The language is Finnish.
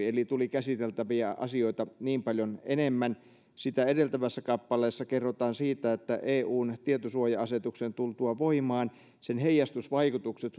eli tuli käsiteltäviä asioita niin paljon enemmän sitä edeltävässä kappaleessa kerrotaan siitä että eun tietosuoja asetuksen tultua voimaan sen heijastusvaikutukset